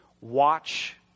watch